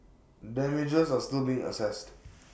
damages are still being assessed